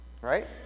right